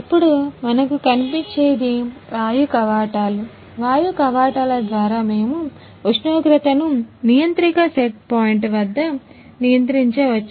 ఇప్పుడు మనకు కనిపించేది వాయు కవాటాలు ద్వారామేము ఉష్ణోగ్రతను నియంత్రిక సెట్ పాయింట్ వద్ద నియంత్రించవచ్చు